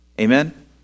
Amen